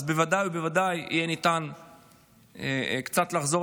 אז בוודאי ובוודאי יהיה ניתן קצת לחזור